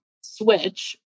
switch